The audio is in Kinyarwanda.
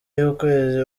y’ukwezi